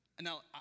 Now